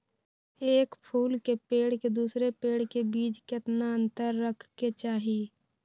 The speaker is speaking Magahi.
एक फुल के पेड़ के दूसरे पेड़ के बीज केतना अंतर रखके चाहि?